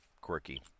quirky